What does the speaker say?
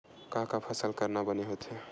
का का फसल करना बने होथे?